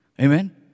Amen